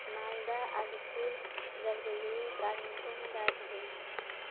Malda Alipur Jalpaiguri Kalimpong Darjeeling